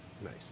nice